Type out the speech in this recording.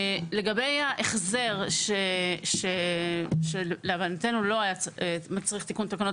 לגבי ההחזר שלהבנתנו לא הצריך תיקון תקנות,